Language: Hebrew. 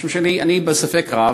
משום שאני בספק רב,